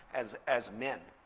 as as men.